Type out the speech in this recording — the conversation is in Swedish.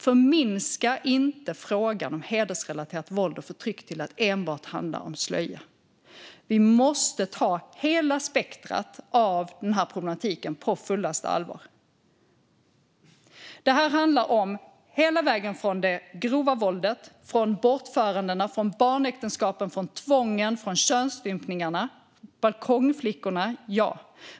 Förminska inte frågan om hedersrelaterat våld och förtryck till att enbart handla om slöja! Vi måste ta hela spektrumet av denna problematik på fullaste allvar. Det handlar om det grova våldet, bortförandena, barnäktenskapen, tvången, könsstympningarna och balkongflickorna - ja.